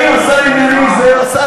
אני אומר את זה: זה השר לענייני מגדרים,